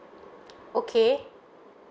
okay